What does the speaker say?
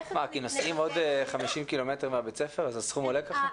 תיכף --- נוסעים עוד 50 קילומטר מבית הספר אז הסכום עולה ככה?